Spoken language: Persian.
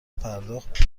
پرداخت